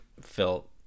felt